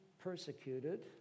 persecuted